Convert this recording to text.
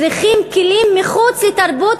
צריכים כלים מחוץ לתרבות,